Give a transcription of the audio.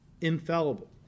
infallible